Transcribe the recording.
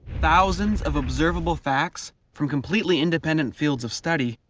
thousands of observable facts from completely independent fields of study,